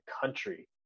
country